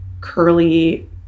curly